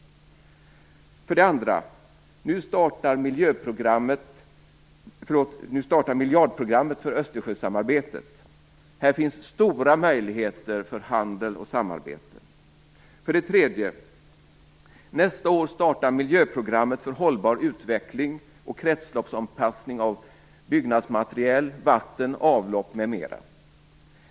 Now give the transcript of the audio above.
För det andra startas nu miljardprogrammet för Östersjösamarbetet. Här finns stora möjligheter för handel och samarbete. För det tredje startar nästa år miljöprogrammet för hållbar utveckling och kretsloppsanpassning av byggnadsmaterial, vatten, avlopp m.m.